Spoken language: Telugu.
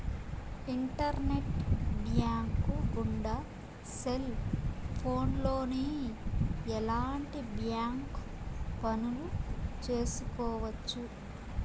ఇంటర్నెట్ బ్యాంకు గుండా సెల్ ఫోన్లోనే ఎలాంటి బ్యాంక్ పనులు చేసుకోవచ్చు